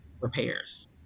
repairs